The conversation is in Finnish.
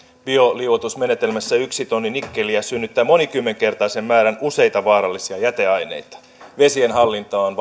bioliuotusmenetelmässä yksi tonni nikkeliä synnyttää monikymmenkertaisen määrän useita vaarallisia jäteaineita vesien hallinta on